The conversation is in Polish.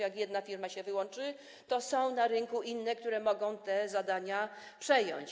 Jak jedna firma się wyłączy, to są na rynku inne, które mogą te zadania przejąć.